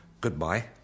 goodbye